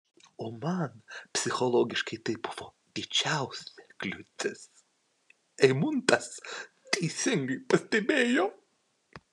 o man psichologiškai tai buvo didžiausia kliūtis eimuntas teisingai pastebėjo